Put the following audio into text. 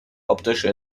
optische